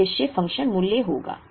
यह उद्देश्य फ़ंक्शन मूल्य होगा